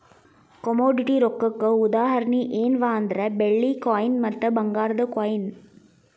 commodity ರೊಕ್ಕಕ್ಕ ಉದಾಹರಣಿ ಯೆನ್ಪಾ ಅಂದ್ರ ಬೆಳ್ಳಿ ಕಾಯಿನ್ ಮತ್ತ ಭಂಗಾರದ್ ಕಾಯಿನ್